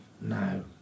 No